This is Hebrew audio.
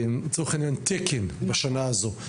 תקן לצורך העניין בשנה הזאת.